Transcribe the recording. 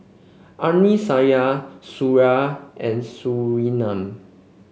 Amsyar Suraya and Surinam